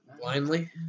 blindly